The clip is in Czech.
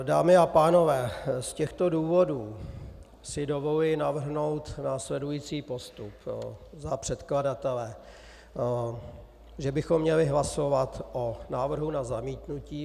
Dámy a pánové, z těchto důvodů si dovoluji navrhnout následující postup za předkladatele že bychom měli hlasovat o návrhu na zamítnutí.